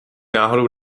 náhodou